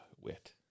wit